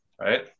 right